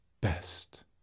best